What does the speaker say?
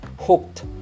hooked